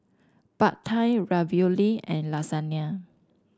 Pad Thai Ravioli and Lasagne